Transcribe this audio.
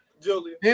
Julia